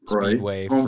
speedway